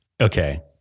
Okay